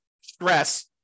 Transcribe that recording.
stress